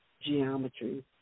geometry